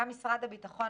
גם משרד הביטחון,